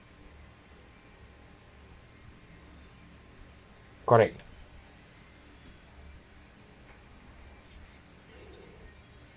correct